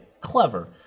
Clever